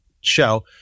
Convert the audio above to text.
show